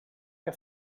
que